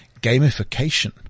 gamification